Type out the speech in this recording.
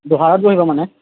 দোহাৰত বহিব মানে